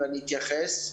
ואני אתייחס.